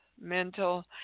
mental